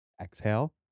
exhale